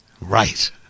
Right